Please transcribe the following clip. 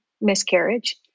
miscarriage